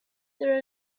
there